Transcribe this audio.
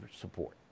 support